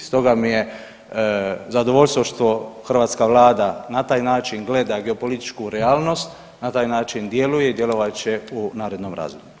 Stoga mi je zadovoljstvo što hrvatska Vlada na taj način gleda geopolitičku realnost, na taj način djeluje i djelovat će u narednom razdoblju.